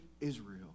Israel